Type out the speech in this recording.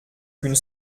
qu’une